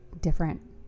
different